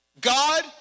God